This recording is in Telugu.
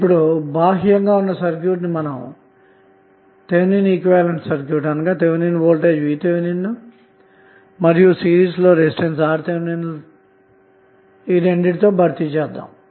ఇప్పుడు బాహ్యంగా ఉన్న సర్క్యూట్ ని మనం థెవినిన్ ఈక్వివలెంట్సర్క్యూట్ అనగా థెవినిన్ వోల్టేజ్VTh మరియు సిరీస్ లో రెసిస్టెన్స్ RTh తో భర్తీ చేద్దాము